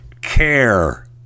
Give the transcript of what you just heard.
care